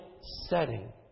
setting